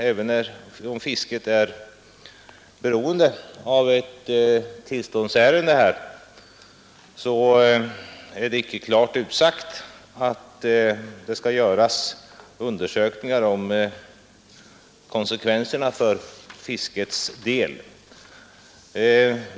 Även om fisket är beroende av tillståndsgivning är det i lagen inte klart utsagt att det skall göras undersökningar om konsekvenserna för fiskets del.